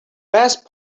best